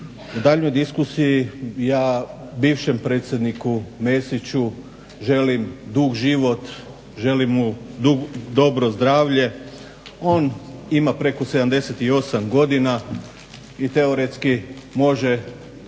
U daljnjoj diskusiji ja bivšem predsjedniku Mesiću želim dug život, želim mu dobro zdravlje, on ima preko 78 godina i teoretski može